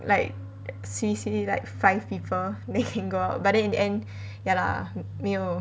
like swee swee like five people then can go out but then in the end ya lah 没有